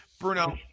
Bruno